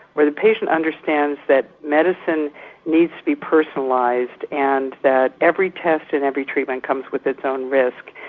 where the patient understands that medicine needs to be personalised and that every test and every treatment comes with its own risk.